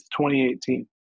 2018